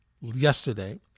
yesterday